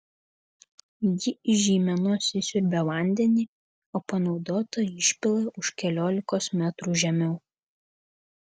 ji iš žeimenos įsiurbia vandenį o panaudotą išpila už keliolikos metrų žemiau